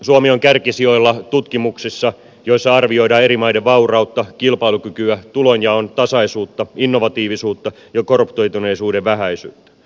suomi on kärkisijoilla tutkimuksissa joissa arvioidaan eri maiden vaurautta kilpailukykyä tulonjaon tasaisuutta innovatiivisuutta ja korruptoituneisuuden vähäisyyttä